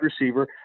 receiver